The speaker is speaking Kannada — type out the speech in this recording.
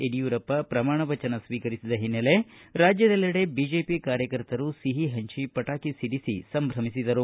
ಯಡಿಯೂರಪ್ಪ ಪ್ರಮಾಣ ವಚನ ಸ್ವೀಕರಿಸಿದ ಹಿನ್ನೆಲೆ ರಾಜ್ಯದೆಲ್ಲೆಡೆ ಬಿಜೆಪಿ ಕಾರ್ಯಕರ್ತರು ಸಹಿ ಹಂಚಿ ಪಟಾಕಿ ಸಿಡಿಸಿ ಸಂಭ್ರಮಿಸಿದರು